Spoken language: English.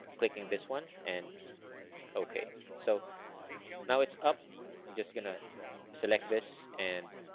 clicking this one and okay, so now it's up. i'm just gonna select this and